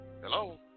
Hello